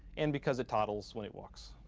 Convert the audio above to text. and because it toddles when it walks.